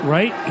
Right